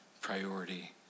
priority